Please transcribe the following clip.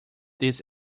this